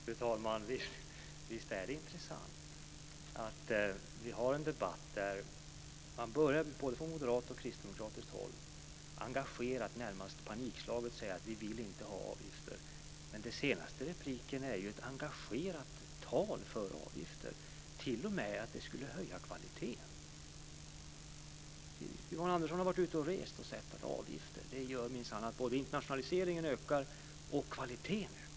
Fru talman! Visst är det intressant att vi har en debatt där man både från moderat och kristdemokratiskt håll engagerat, närmast panikslaget, börjar med att säga att man inte vill ha avgifter. Men den senaste repliken är ju ett engagerat tal för avgifter. Det skulle t.o.m. höja kvaliteten. Yvonne Andersson har varit ute och rest och sett att avgifter minsann gör att både internationaliseringen och kvaliteten ökar.